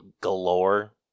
galore